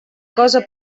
cosa